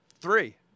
Three